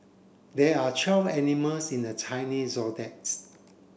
there are twelve animals in the Chinese Zodiacs